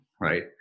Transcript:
right